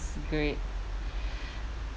great